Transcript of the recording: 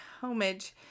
homage